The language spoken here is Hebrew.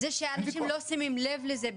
זה שאנשים לא שמים לב לזה,